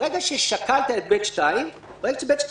ברגע ששקלת את (ב2), ברגע ש- (ב2)